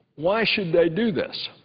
why should they do this?